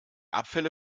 abfälle